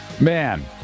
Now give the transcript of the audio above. man